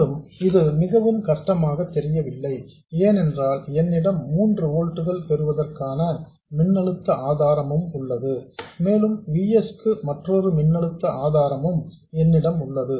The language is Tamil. மேலும் இது மிகவும் கஷ்டமாக தெரியவில்லை ஏனென்றால் என்னிடம் 3 ஓல்ட்ஸ் பெறுவதற்கான மின்னழுத்த ஆதாரம் உள்ளது மேலும் V s க்கு மற்றொரு மின்னழுத்த ஆதாரமும் என்னிடம் உள்ளது